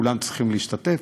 כולם צריכים להשתתף,